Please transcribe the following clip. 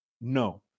No